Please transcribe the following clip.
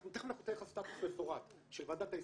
אנחנו תיכף ניתן לכם סטטוס מפורט של ועדת היישום,